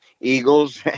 Eagles